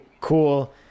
cool